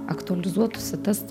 aktualizuotųsi tas